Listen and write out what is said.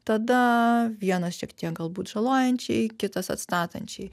tada vienas šiek tiek galbūt žalojančiai kitas atstatančiai